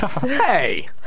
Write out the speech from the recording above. Hey